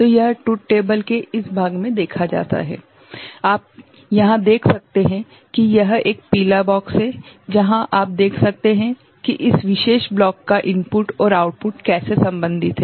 तो यह ट्रुथ टेबलके इस भाग में देखा जाता है यहाँ आप देख सकते हैं कि यह एक पीला बॉक्स है जहां आप देख सकते हैं कि इस विशेष ब्लॉक का इनपुट और आउटपुट कैसे संबंधित है